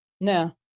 No